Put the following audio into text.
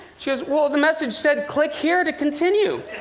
she goes, well, the message said, click here to continue